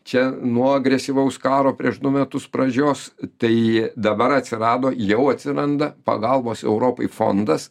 čia nuo agresyvaus karo prieš du metus pradžios tai dabar atsirado jau atsiranda pagalbos europai fondas